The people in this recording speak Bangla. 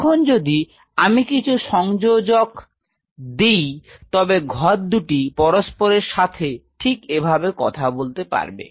এখন যদি আমি কিছু সংযোজক দিই তবে ঘর দুটি পরস্পরের সাথে ঠিক এভাবে কথা বলতে পারবে